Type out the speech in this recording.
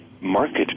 Market